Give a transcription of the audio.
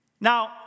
Now